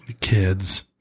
Kids